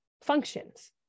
functions